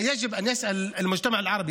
לפיכך, על החברה הערבית